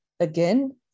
Again